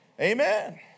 Amen